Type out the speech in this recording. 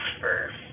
first